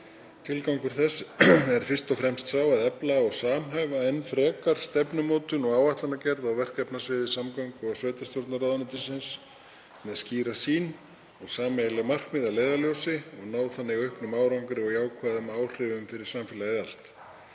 Tilgangur þess er fyrst og fremst sá að efla og samhæfa enn frekar stefnumótun og áætlanagerð á verkefnasviði samgöngu- og sveitarstjórnarráðuneytisins með skýra sýn og sameiginleg markmið að leiðarljósi og ná þannig auknum árangri og jákvæðum áhrifum fyrir samfélagið allt.